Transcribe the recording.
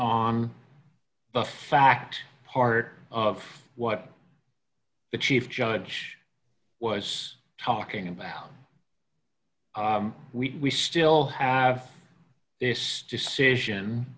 on the fact part of what the chief judge was talking about we still have this decision